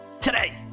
Today